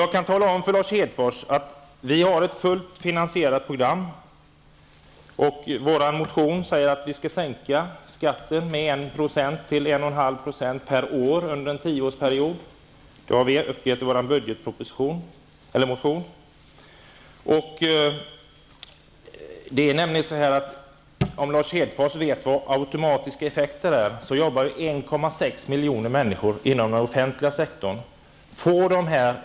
Jag kan tala om för Lars Hedfors att vårt program är fullt finansierat. Vår motion säger att vi skall sänka skatten med mellan 1 % och 1,5 % per år under en tioårsperiod. Det har vi uppgett i vår budgetmotion. Lars Hedfors kanske känner till begreppet automatiska effekter. 1,6 miljoner människor arbetar inom den offentliga sektorn.